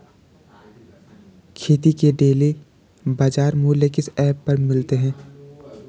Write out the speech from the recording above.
खेती के डेली बाज़ार मूल्य किस ऐप पर मिलते हैं?